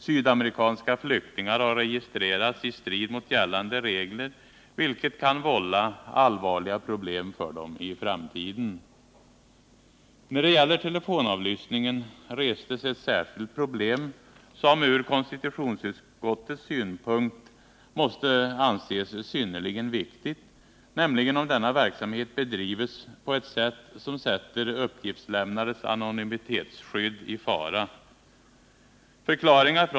Sydamerikanska flyktingar har registrerats i strid mot gällande regler, vilket kan vålla allvarliga problem för Jem i framtiden. När det gäller telefonavlyssningen restes ett särskilt problem, som ur konstitutionsutskottets synpunkt måste anses synnerligen viktigt, nämligen om denna verksamhet bedrives på ett sätt som sätter uppgiftslämnares anonymitetsskydd i fara.